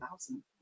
thousand